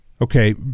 okay